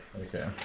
Okay